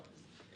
לא.